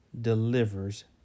delivers